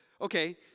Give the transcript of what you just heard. okay